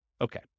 Okay